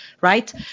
right